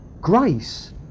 grace